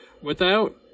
Without